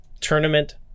tournament